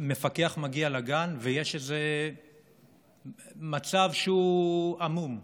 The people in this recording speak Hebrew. שמפקח מגיע לגן ויש איזה מצב שהוא עמום,